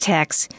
Text